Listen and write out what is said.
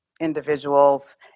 individuals